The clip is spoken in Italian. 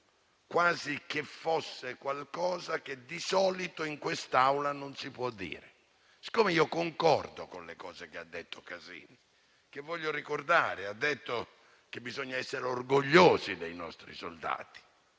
quasi che fosse qualcosa che di solito in quest'Aula non si può fare. Siccome concordo con quanto ha detto (voglio ricordare che ha detto che bisogna essere orgogliosi dei nostri soldati,